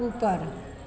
ऊपर